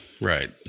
Right